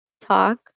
talk